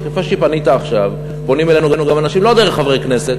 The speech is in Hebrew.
כפי שפנית עכשיו פונים אלינו גם אנשים לא דרך חברי כנסת,